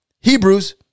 Hebrews